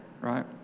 right